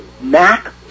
Mac